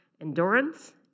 endurance